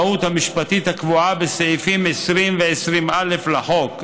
מרישום האבהות המשפטית הקבועה בסעיפים 20 ו-20א לחוק,